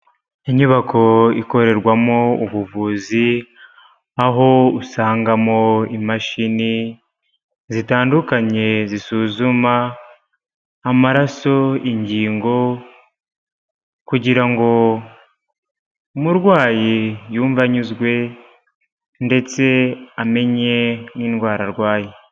Inyubako ikorerwamo ubuvuzi, aho usangamo imashini zitandukanye zisuzuma amaraso, ingingo kugira ngo umurwayi yumve anyuzwe ndetse amenye n'indwara arwaye.